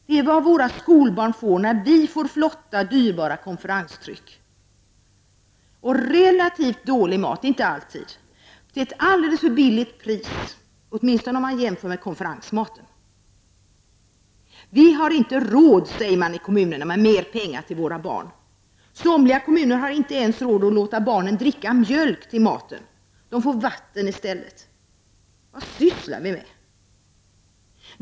Det är vad våra skolbarn får när vi får flotta dyra konferenstryck. De får relativt dålig mat till ett alldeles för lågt pris, åtminstone om man jämför med konferensmaten. Vi har inte råd, säger man i kommunerna, med mer pengar till våra barn. Somliga kommuner har inte ens råd att låta barnen dricka mjölk till maten, de får vatten i stället. Vad sysslar vi med?